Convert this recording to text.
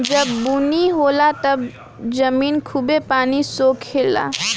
जब बुनी होला तब जमीन खूबे पानी सोखे ला